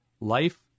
life